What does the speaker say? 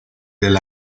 del